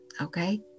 Okay